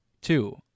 Two